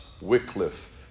Wycliffe